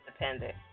independent